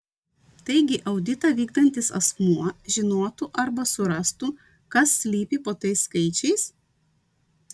taigi auditą vykdantis asmuo žinotų arba surastų kas slypi po tais skaičiais